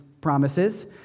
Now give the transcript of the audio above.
promises